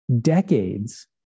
decades